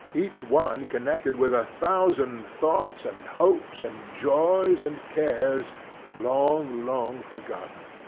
each one connected with a thousand thoughts, and hopes, and joys, and cares long, long, forgotten!